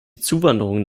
zuwanderung